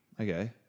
okay